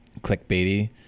clickbaity